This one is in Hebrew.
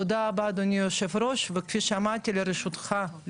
תודה רבה, אדוני היושב ראש, וכפי שאמרתי, לשירותך.